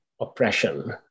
oppression